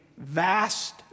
Vast